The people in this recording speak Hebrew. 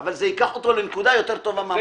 אבל זה ייקח אותו לנקודה יותר טובה מהמקום בו הוא נמצא.